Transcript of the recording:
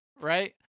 right